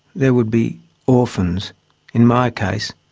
there would be orphans in my case,